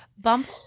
Bumble